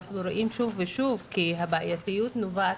אנחנו רואים שוב ושוב שהבעייתיות נובעת